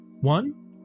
One